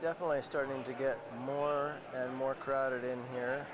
definitely starting to get more and more crowded in here